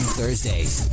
Thursdays